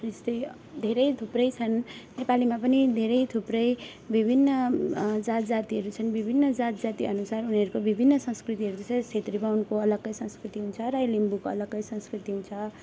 त्यस्तै धेरै थुप्रै छन् नेपालीमा पनि धेरै थुप्रै विभिन्न जात जातिहरू छन् विभिन्न जात जातिअनुसार उनीहरूको विभिन्न संस्कृतिहरू जस्तै छेत्री बाहुनको अलग्गै संस्कृति हुन्छ राई लिम्बूको अलग्गै संस्कृति हुन्छ